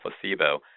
placebo